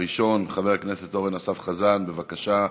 הראשון, חבר הכנסת אורן אסף חזן, בבקשה,